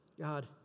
God